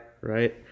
Right